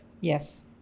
Yes